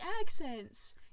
accents